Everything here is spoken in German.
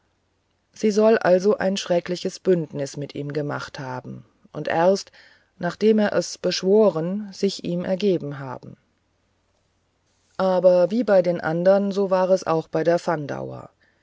sie soll also ein schreckliches bündnis mit ihm gemacht und erst nachdem er es beschworen sich ihm ergeben haben aber wie bei den andern so war es auch bei der